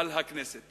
על הכנסת.